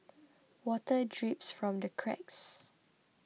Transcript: water drips from the cracks